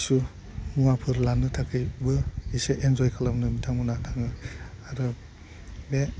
किसु मुवाफोर लानो थाखायबो एसे एनजय खालामनो बिथांमोनहा थाङो आरो बे